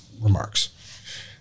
remarks